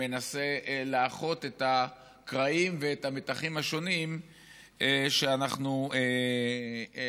ומנסה לאחות את הקרעים ואת המתחים השונים שאנחנו יוצרים